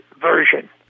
version